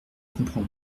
comprend